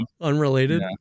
Unrelated